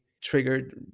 triggered